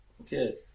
okay